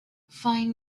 find